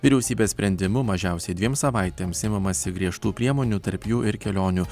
vyriausybės sprendimu mažiausiai dviem savaitėms imamasi griežtų priemonių tarp jų ir kelionių